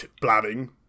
Blabbing